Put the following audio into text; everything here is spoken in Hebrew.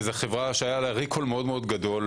זה חברה שהיה עליה ריקול מאוד מאוד גדול.